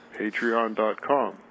Patreon.com